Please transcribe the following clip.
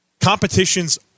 competitions